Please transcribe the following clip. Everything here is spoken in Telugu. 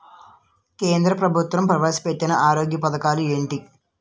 కేంద్ర ప్రభుత్వం ప్రవేశ పెట్టిన ఆరోగ్య పథకాలు ఎంటి?